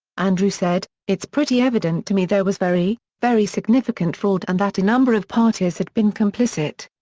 andrew said it's pretty evident to me there was very, very significant fraud and that a number of parties had been complicit.